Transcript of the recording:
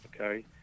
okay